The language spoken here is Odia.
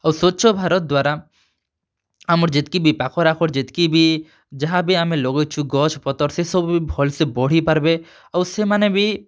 ଆଉ ସ୍ୱଚ୍ଛ ଭାରତ୍ ଦ୍ଵାରା ଆମର୍ ଯେତ୍କି ବି ପାଖର୍ଆଖର୍ ଯେତ୍କି ବି ଯାହା ବି ଆମେ ଲଗେଇଛୁଁ ଗଛ୍ପତର୍ ସେ ସବୁ ବି ଭଲ୍ ସେ ବଢ଼ି ପାର୍ବେ ଆଉ ସେମାନେ ବି